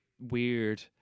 weird